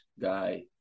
guy